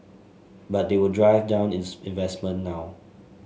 but they will drive down inns investment now